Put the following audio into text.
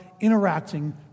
interacting